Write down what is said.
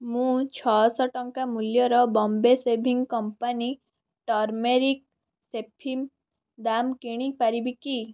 ମୁଁ ଛଅଶହ ଟଙ୍କା ମୂଲ୍ୟର ବମ୍ବେ ସେଭିଙ୍ଗ କମ୍ପାନୀ ଟର୍ମେରିକ୍ ସେଫିମ୍ ଦାମ୍ କିଣି ପାରିବି କି